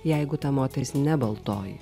jeigu ta moteris ne baltoji